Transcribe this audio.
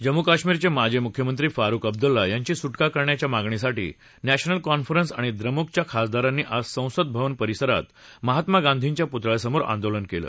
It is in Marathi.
जम्मू कश्मीरचे माजी मुख्यमंत्री फारुख अब्दुल्ला यांची सुटका करण्याच्या मागणीसाठी नॅशनल कॉन्फरन्स आणि द्रमुकच्या खासदारांनी आज संसद भवन परिसरात महात्मा गांधीच्या पुतळ्यासमोर आंदोलन केलं